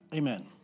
Amen